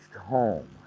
home